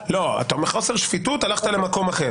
מחוסר שפיטות הלכת למקום אחר.